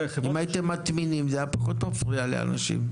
אם הייתם מטמינים, זה היה פחות מפריע לאנשים.